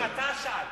האם אתה של?